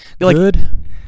good